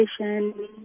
education